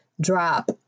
drop